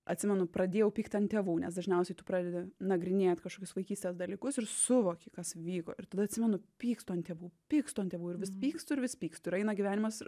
atsimenu pradėjau pykt ant tėvų nes dažniausiai tu pradedi nagrinėt kažkokius vaikystės dalykus ir suvoki kas vyko ir tada atsimenu pykstu ant tėvų pykstu ant tėvų ir vis pykstu ir vis pykstu ir eina gyvenimas